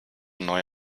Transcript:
neu